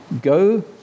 Go